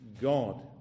God